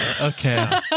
Okay